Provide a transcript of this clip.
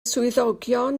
swyddogion